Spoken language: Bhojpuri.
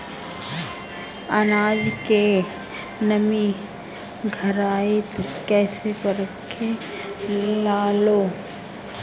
आनाज के नमी घरयीत कैसे परखे लालो?